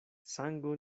sango